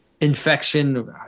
infection